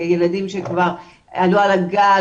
ילדים שכבר עלו על הגל,